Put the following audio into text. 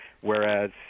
whereas